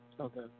Okay